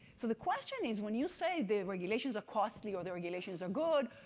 so the question is, when you say the regulations are costly or the regulations are good,